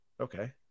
Okay